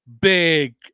big